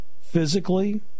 physically